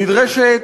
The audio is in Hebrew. נדרשת,